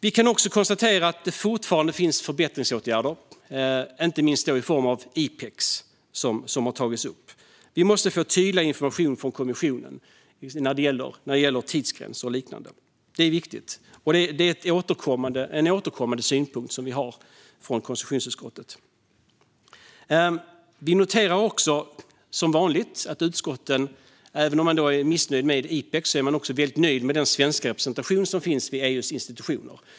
Vi kan också konstatera att det fortfarande finns förbättringsmöjligheter, inte minst när det gäller IPEX, vilket har tagits upp. Vi måste få tydligare information från kommissionen när det gäller tidsgränser och liknande. Det är viktigt, och det är en återkommande synpunkt som vi har från konstitutionsutskottets sida. Uppföljning av riksdagens tillämpning av subsidiaritets-principen Som vanligt noterar vi också att utskotten, även om de är missnöjda med IPEX, är väldigt nöjda med den svenska representation som finns vid EU:s institutioner.